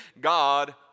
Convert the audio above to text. God